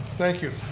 thank you.